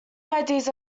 ideas